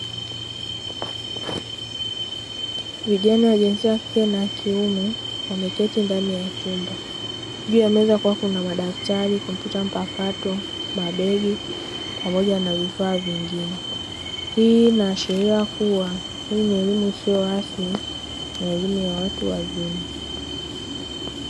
Vijana wa jinsia ya kike na ya kiume wameketi ndani ya chumba, juu ya meza kukiwa kuna madaftari, kompyuta mpakato, mabegi pamoja na vifaa vingine, hii ina ashiria kuwa hii ni elimu isiyo rasmi na elimu ya watu wazima.